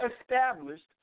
established